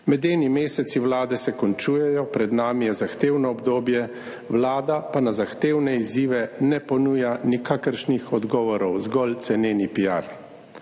Medeni meseci Vlade se končujejo, pred nami je zahtevno obdobje, Vlada pa na zahtevne izzive ne ponuja nikakršnih odgovorov, zgolj ceneni